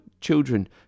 children